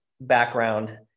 background